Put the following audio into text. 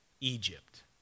Egypt